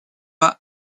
pas